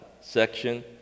section